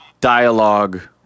dialogue